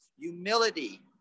humility